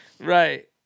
Right